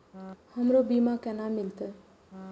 हमरो बीमा केना मिलते?